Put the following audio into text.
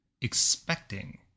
expecting